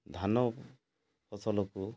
ଧାନ ଫସଲକୁ